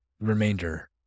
remainder